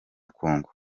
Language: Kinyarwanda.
kongo